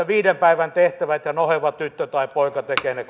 viiden päivän tehtävät ja noheva tyttö tai poika tekee ne